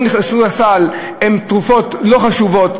השיקולים שלהם הם לא שאלה שלא נכנסו לסל הן תרופות לא חשובות,